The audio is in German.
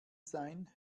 sein